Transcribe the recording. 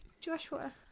Joshua